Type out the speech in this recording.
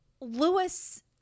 Lewis